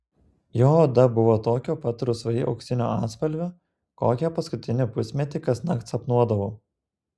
jo oda buvo tokio pat rusvai auksinio atspalvio kokią paskutinį pusmetį kasnakt sapnuodavau